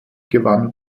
gewann